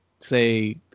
say